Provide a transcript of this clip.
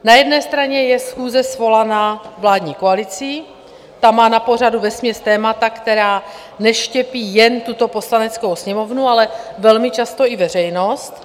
Na jedné straně je schůze svolaná vládní koalicí, ta má na pořadu vesměs témata, která neštěpí jen tuto Poslaneckou sněmovnu, ale velmi často i veřejnost.